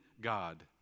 God